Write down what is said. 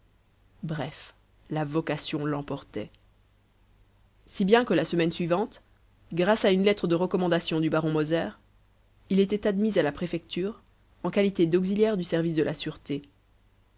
bref la vocation l'emportait si bien que la semaine suivante grâce à une lettre de recommandation du baron moser il était admis à la préfecture en qualité d'auxiliaire du service de la sûreté